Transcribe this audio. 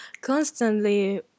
constantly